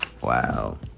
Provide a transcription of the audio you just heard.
Wow